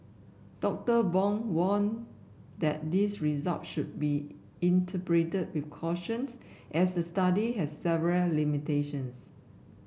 Doctor Bong warned that these result should be interpreted with cautions as the study has several limitations